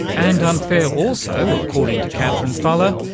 and unfair also, according to katherine fallah,